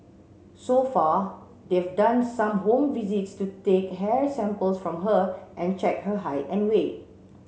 so far they've done some home visits to take hair samples from her and check her height and weight